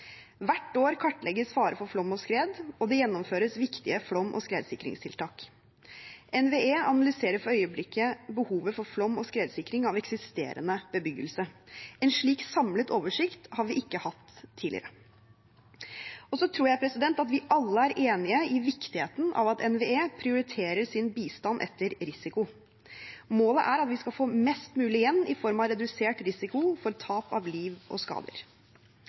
Hvert år kartlegges fare for flom og skred, og det gjennomføres viktige flom- og skredsikringstiltak. NVE analyserer for øyeblikket behovet for flom- og skredsikring av eksisterende bebyggelse. En slik samlet oversikt har vi ikke hatt tidligere. Jeg tror vi alle er enig i viktigheten av at NVE prioriterer sin bistand etter risiko. Målet er at vi skal få mest mulig igjen i form av redusert risiko for tap av liv og skader.